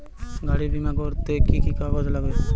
গাড়ীর বিমা করতে কি কি কাগজ লাগে?